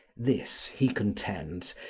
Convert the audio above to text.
this, he contends,